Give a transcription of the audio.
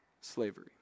slavery